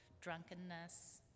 drunkenness